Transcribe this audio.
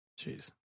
Jeez